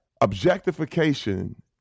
objectification